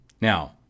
Now